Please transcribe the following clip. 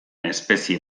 espezie